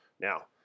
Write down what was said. Now